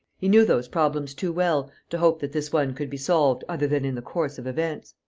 he knew those problems too well to hope that this one could be solved other than in the course of events.